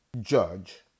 judge